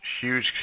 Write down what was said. huge